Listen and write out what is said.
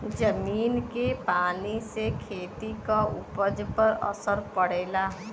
जमीन के पानी से खेती क उपज पर असर पड़ेला